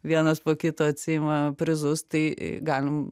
vienas po kito atsiima prizus tai galim